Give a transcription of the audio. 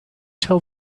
tell